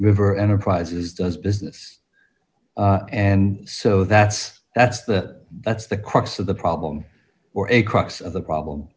river enterprises does business and so that's that's the that's the crux of the problem or a crux of the problem